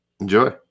enjoy